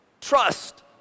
trust